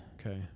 Okay